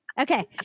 okay